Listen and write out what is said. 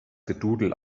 gedudel